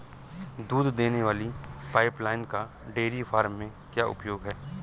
दूध देने वाली पाइपलाइन का डेयरी फार्म में क्या उपयोग है?